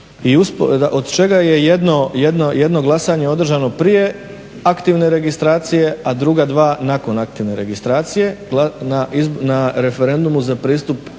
Od čega je jedno, jedno glasanje održano prije aktivne registracije, a druga dva nakon aktivne registracije. Na referendumu za pristupanje